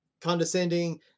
condescending